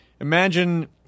imagine